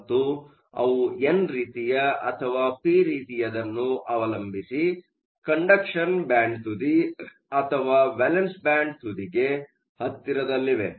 ಮತ್ತು ಅವು ಎನ್ ರೀತಿಯ ಅಥವಾ ಪಿ ರೀತಿಯದನ್ನು ಅವಲಂಬಿಸಿ ಕಂಡಕ್ಷನ್ ಬ್ಯಾಂಡ್ ತುದಿ ಅಥವಾ ವೇಲೆನ್ಸ್ ಬ್ಯಾಂಡ್ ತುದಿಗೆ ಹತ್ತಿರದಲ್ಲಿವೆ